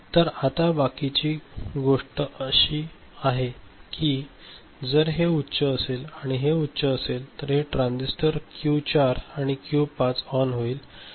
तर आता बाकीची गोष्ट अशी आहे की जर हे उच्च असेल आणि हे उच्च असेल तर हे 2 ट्रान्झिस्टर क्यू 4 आणि क्यू 5 ऑन होईल